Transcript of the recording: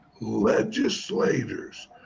legislators